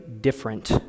different